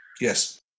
yes